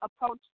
approach